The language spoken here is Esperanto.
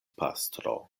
pastro